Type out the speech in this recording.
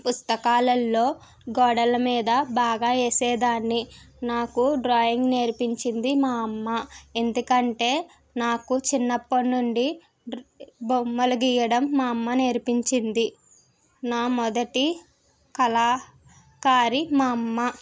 పుస్తకాలల్లో గోడల మీద బాగా వేసే దాన్ని నాకు డ్రాయింగ్ నేర్పించింది మా అమ్మ ఎందుకంటే నాకు చిన్నప్పటినుండి బొమ్మలు గీయడం మా అమ్మ నేర్పించింది నా మొదటి కళాకారి మా అమ్మ